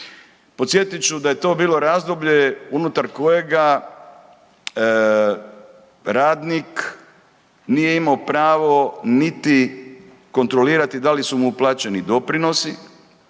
Podsjetit ću da je to bilo razdoblje unutar kojega radnik nije imao pravo niti kontrolirati da li su mu plaćeni doprinosi.